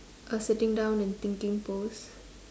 a sitting down and thinking pose